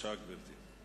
בבקשה, גברתי.